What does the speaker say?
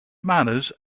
manners